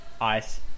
ice